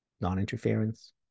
Non-interference